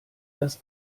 das